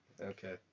okay